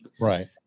right